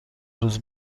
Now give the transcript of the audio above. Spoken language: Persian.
روز